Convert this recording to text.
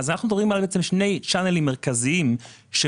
אנחנו מדברים על שני ערוצים מרכזיים,